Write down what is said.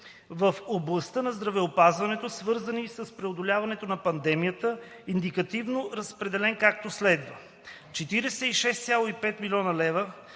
в областта на здравеопазването, свързани с преодоляването на пандемията, индикативно разпределен, както следва: - 46,5 млн. лв.